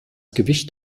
gewicht